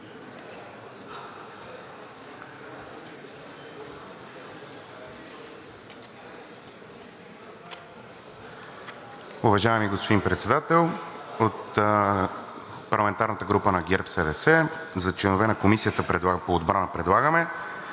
Уважаеми господин Председател, от парламентарната група на ГЕРБ-СДС за членове на Комисията по отбрана предлагаме